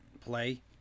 play